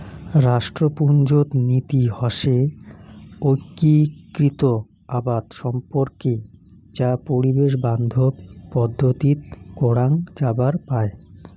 রাষ্ট্রপুঞ্জত নীতি হসে ঐক্যিকৃত আবাদ সম্পর্কে যা পরিবেশ বান্ধব পদ্ধতিত করাং যাবার পায়